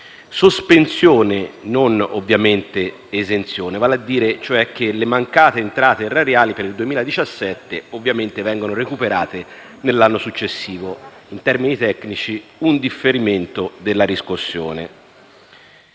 sospensione e non ovviamente di esenzione, vale a dire che le mancate entrate erariali per il 2017 vengono recuperate nell'anno successivo. In termini tecnici è un differimento della riscossione.